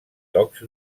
tocs